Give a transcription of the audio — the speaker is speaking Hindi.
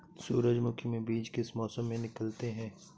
सूरजमुखी में बीज किस मौसम में निकलते हैं?